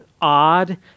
odd